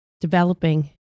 developing